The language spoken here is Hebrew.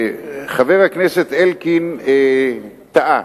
חבר הכנסת אלקין טעה.